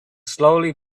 slowly